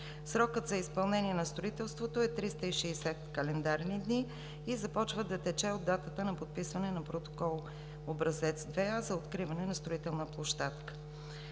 Срокът за изпълнение на строителството е 360 календарни дни и започва да тече от датата на подписване на Протокол образец № 2 за откриване на строителна площадка.